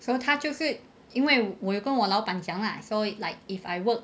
so 他就是因为我有根我老板讲啦 so like if I work